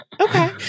Okay